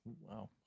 Wow